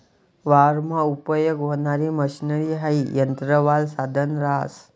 वावरमा उपयेग व्हणारी मशनरी हाई यंत्रवालं साधन रहास